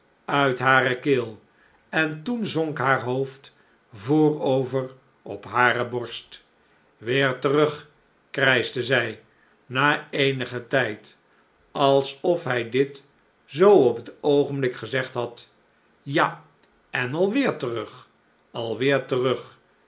uit hare keel en toen zonk haar hoofd voorover op hare borst weer terug krijschte zij na eenigen tijd alsof hij dit zoo op het oogenblik gezegd had ja en alweer terug alweer terug